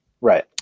right